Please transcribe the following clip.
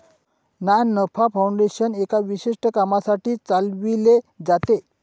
ना नफा फाउंडेशन एका विशिष्ट कामासाठी चालविले जाते